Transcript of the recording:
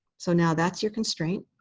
so now, that's your constraint.